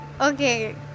okay